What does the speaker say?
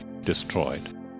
destroyed